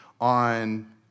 on